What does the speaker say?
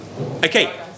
okay